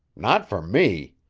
not for me!